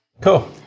Cool